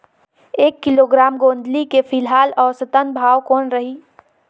एक किलोग्राम गोंदली के फिलहाल औसतन भाव कौन रही?